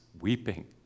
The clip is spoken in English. weeping